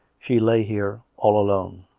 she lay here all alone.